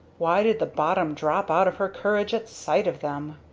why did the bottom drop out of her courage at sight of them?